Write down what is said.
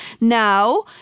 now